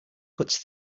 cuts